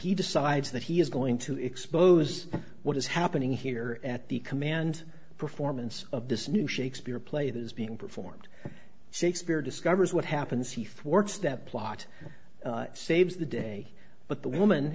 he decides that he is going to expose what is happening here at the command performance of this new shakespeare play that is being performed shakespeare discovers what happens heath works that plot saves the day but the woman